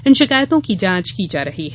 इन शिकायतों की जांच की जा रही है